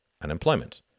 unemployment